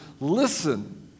listen